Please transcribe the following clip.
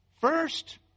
First